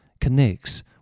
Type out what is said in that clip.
connects